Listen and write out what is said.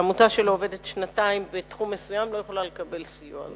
עמותה שלא עובדת שנתיים בתחום מסוים לא יכולה לקבל סיוע.